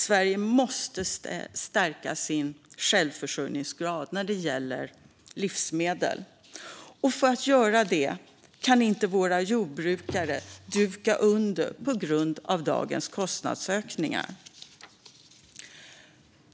Sverige måste stärka sin självförsörjningsgrad när det gäller livsmedel, och för att göra det kan inte våra jordbrukare duka under på grund av dagens kostnadsökningar.